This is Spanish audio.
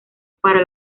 para